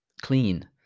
clean